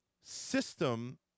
system